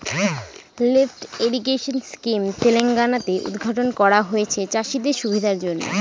lift irrigation scheme Telangana তে উদ্ঘাটন করা হয়েছে চাষীদের সুবিধার জন্য